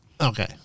Okay